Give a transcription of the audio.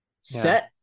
set